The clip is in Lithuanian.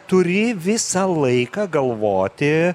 turi visą laiką galvoti